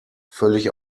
völlig